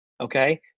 okay